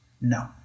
No